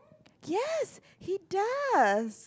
yes he does